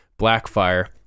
blackfire